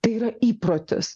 tai yra įprotis